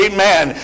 Amen